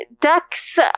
ducks